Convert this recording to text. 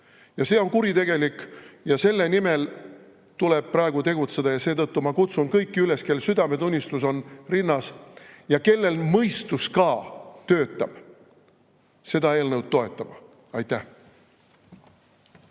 Ja see on kuritegelik. Selle nimel tuleb praegu tegutseda. Seetõttu ma kutsun kõiki üles, kellel südametunnistus on rinnas ja kellel mõistus ka töötab, seda eelnõu toetama. Aitäh!